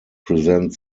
present